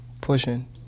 pushing